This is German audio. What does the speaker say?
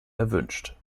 erwünscht